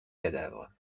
cadavre